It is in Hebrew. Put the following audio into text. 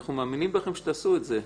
אנחנו מאמינים שתעשו את זה.